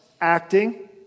acting